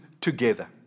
together